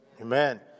Amen